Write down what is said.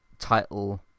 title